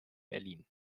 berlin